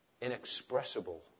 inexpressible